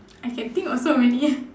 I can think of so many